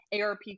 ARP